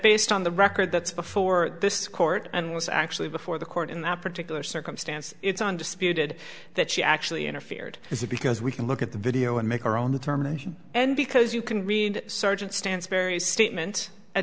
based on the record that's before this court and was actually before the court in that particular circumstance it's undisputed that she actually interfered is that because we can look at the video and make our own the terminations and because you can read sergeant stansbury statement a